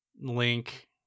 link